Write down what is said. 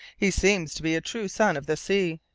he seems to be a true son of the sea.